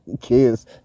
kids